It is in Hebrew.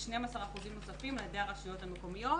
כ-12% נוספים על ידי הרשויות המקומיות